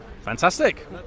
Fantastic